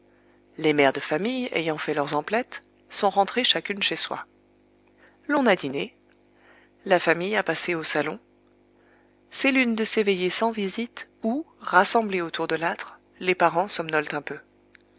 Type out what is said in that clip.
les mères de famille ayant fait leurs emplettes sont rentrées chacune chez soi l'on a dîné la famille a passé au salon c'est l'une de ces veillées sans visites où rassemblés autour de l'âtre les parents somnolent un peu